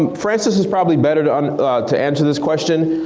um francis is probably better to and to answer this question.